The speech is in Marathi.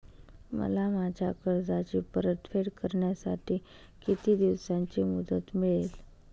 मला माझ्या कर्जाची परतफेड करण्यासाठी किती दिवसांची मुदत मिळेल?